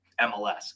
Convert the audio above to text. MLS